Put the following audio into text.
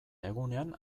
egunean